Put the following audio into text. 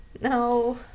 No